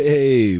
Hey